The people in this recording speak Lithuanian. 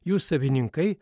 jų savininkai